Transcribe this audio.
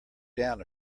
down